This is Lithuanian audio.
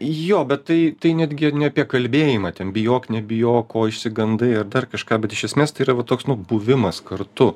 jo bet tai tai netgi ne apie kalbėjimą ten bijok nebijok ko išsigandai ar dar kažką bet iš esmės tai yra va toks buvimas kartu